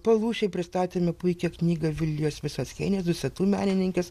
palūšėj pristatėme puikią knygą vilijos visockienės dusetų menininkės